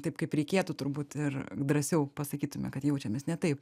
taip kaip reikėtų turbūt ir drąsiau pasakytume kad jaučiamės ne taip